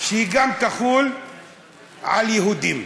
שהיא תחול גם על יהודים.